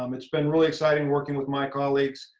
um it's been really exciting working with my colleagues,